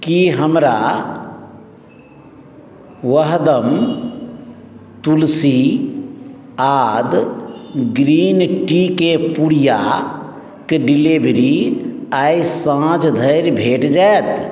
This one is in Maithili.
की हमरा वहदम तुलसी आद ग्रीन टी के पुड़ियाक डिलीवरी आइ साँझ धरि भेट जायत